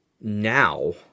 now